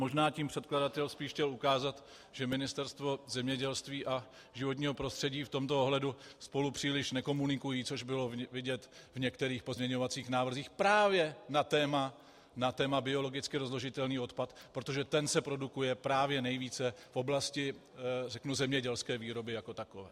Možná tím předkladatel chtěl spíš ukázat, že Ministerstvo zemědělství a životního prostředí v tomto ohledu spolu příliš nekomunikují, což bylo vidět v některých pozměňovacích návrzích právě na téma biologicky rozložitelný odpad, protože ten se produkuje právě nejvíc v oblasti zemědělské výroby jako takové.